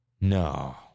no